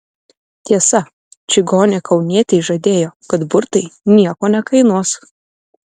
tiesa čigonė kaunietei žadėjo kad burtai nieko nekainuos